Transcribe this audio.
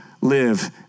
live